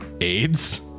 AIDS